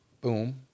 boom